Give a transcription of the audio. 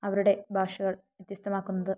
അവരുടെ ഭാഷകൾ വ്യത്യസ്തമാക്കുന്നത്